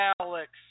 Alex